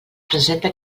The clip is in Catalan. presente